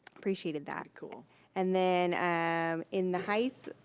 appreciated that. cool and then in the heights,